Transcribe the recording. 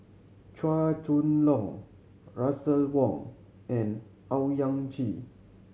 Chua Chong Long Russel Wong and Owyang Chi